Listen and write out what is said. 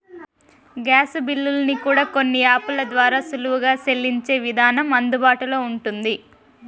gas బిల్లుల్ని కూడా కొన్ని యాపుల ద్వారా సులువుగా సెల్లించే విధానం అందుబాటులో ఉంటుంది